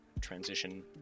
transition